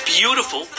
beautiful